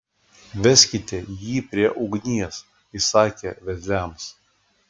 veskite jį prie ugnies įsakė vedliams